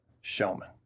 showman